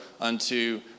unto